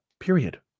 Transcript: Period